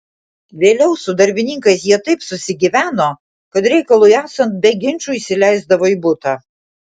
vėliau su darbininkais jie taip susigyveno kad reikalui esant be ginčų įsileisdavo į butą